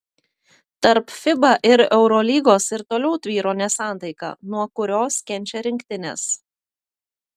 tarp fiba ir eurolygos ir toliau tvyro nesantaika nuo kurios kenčia rinktinės